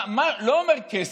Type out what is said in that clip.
אני לא אומר כסף,